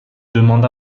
demande